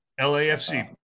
LAFC